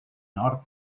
nord